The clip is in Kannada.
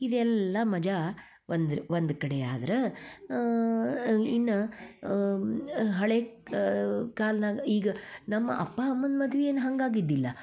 ಇದೆಲ್ಲ ಮಜಾ ಒಂದು ಒಂದು ಕಡೆ ಆದ್ರೆ ಇನ್ನು ಹಳೆಯ ಕಾಲ್ದಾಗ್ ಈಗ ನಮ್ಮ ಅಪ್ಪ ಅಮ್ಮನ ಮದ್ವೆ ಏನು ಹಂಗೆ ಆಗಿದ್ದಿಲ್ಲ